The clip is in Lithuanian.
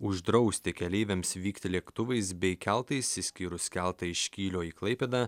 uždrausti keleiviams vykti lėktuvais bei keltais išskyrus keltą iš kylio į klaipėdą